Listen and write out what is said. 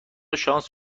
شانس